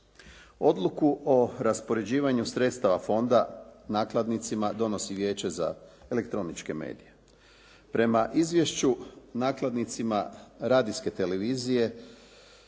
Odluku o raspoređivanju sredstava fonda nakladnicima donosi Vijeće za elektroničke medije. Prema izvješću nakladnicima radijske televizije